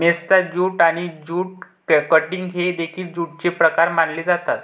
मेस्टा jute आणि jute cutting हे देखील ज्यूटचे प्रकार मानले जातात